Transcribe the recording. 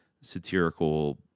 satirical